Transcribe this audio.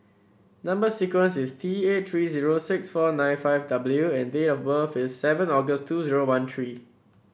number sequence is T eight three zero six four nine five W and date of birth is seven August two zero one three